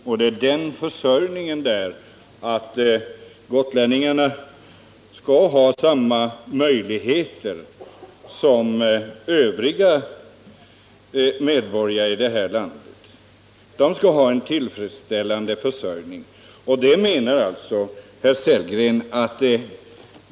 Vad saken gäller är att gotlänningarna skall ha möjligheter till samma transportförsörjning som övriga medborgare i landet.